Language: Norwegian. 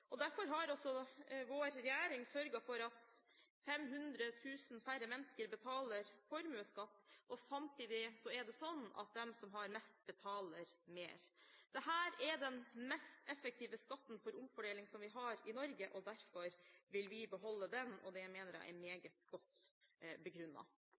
og derfor har også vår regjering sørget for at 500 000 færre mennesker betaler formuesskatt. Samtidig er det sånn at de som har mest, betaler mer. Dette er den mest effektive skatten for omfordeling som vi har i Norge, og derfor vil vi beholde den. Det mener jeg er